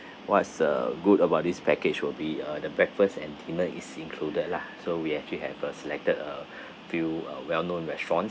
what's uh good about this package will be uh the breakfast and dinner is included lah so we actually have uh selected a few uh well known restaurants